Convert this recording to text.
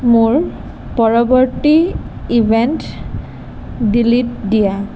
মোৰ পৰৱৰ্তী event delete দিয়া